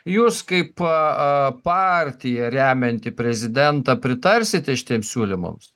jūs kaip a a partija remianti prezidentą pritarsite šitiems siūlymams